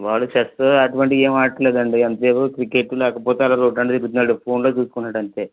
వాడు చెస్ అటువంటి ఏమి ఆడట్లేదు అండి ఎంతసేపు క్రికెట్ లేకపోతే అలా రోడ్ల వెంట తిరుగుతున్నాడు ఫోన్లు చూసుకున్నాడు అంతే